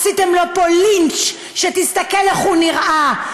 עשיתם לו פה לינץ' שתסתכל איך הוא נראה,